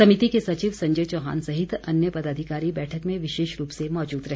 समिति के सचिव संजय चौहान सहित अन्य पदाधिकारी बैठक में विशेष रूप से मौजूद रहे